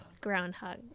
Groundhog